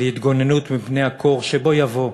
להתגוננות מפני קור, שבוא יבוא: